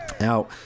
Now